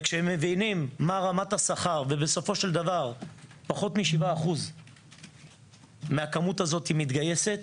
וכשהם מבינים מה רמת השכר ובסופו של דבר פחות מ-7% מהכמות הזאת מתגייסת,